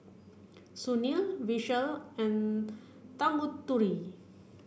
Sunil Vishal and Tanguturi